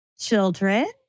children